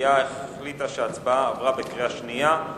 המליאה החליטה שההצעה עברה בקריאה שנייה.